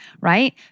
right